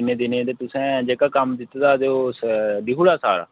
इन्ने दिनें दी तुसें जेह्का कम्म दित्ते दा उस लिखी ओड़ेआ सारा